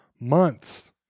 months